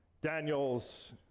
Daniel's